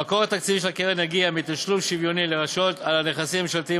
המקור התקציבי של הקרן יגיע מתשלום שוויוני לרשויות על הנכסים הממשלתיים